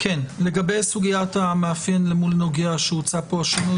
לגבי סוגיית המאפיין למול נוגע, שהוצע פה השינוי.